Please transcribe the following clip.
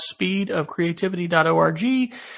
speedofcreativity.org